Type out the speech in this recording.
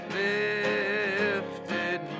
lifted